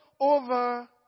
over